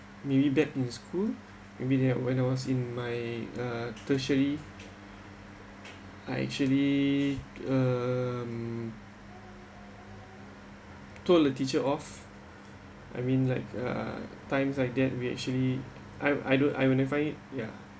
maybe back in school maybe that when I was in my uh tertiary I actually um told a teacher off I mean like uh times like that we actually I I don't I don't find it yeah